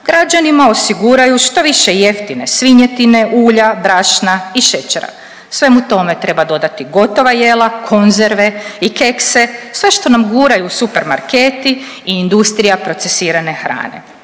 građanima osiguraju što više jeftine svinjetine, ulja, brašna i šećera, svemu tome treba dodati gotova jela, konzerve i kekse, sve što nam guraju supermarketi i industrija procesirane hrane.